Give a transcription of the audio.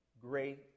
great